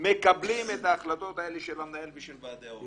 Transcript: מקבלים את ההחלטות האלה של המנהל ושל ועדי ההורים